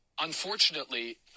unfortunately